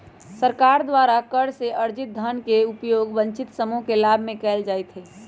सरकार द्वारा कर से अरजित धन के उपयोग वंचित समूह के लाभ में कयल जाईत् हइ